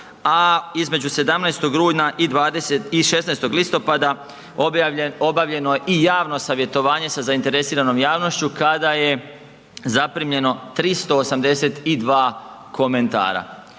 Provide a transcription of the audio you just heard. a između 17. rujna i 16. listopada, obavljeno je i e-savjetovanje sa zainteresiranom javnošću kada je zaprimljeno 382 komentara.